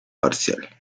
parcial